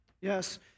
Yes